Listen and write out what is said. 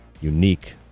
unique